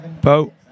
Bo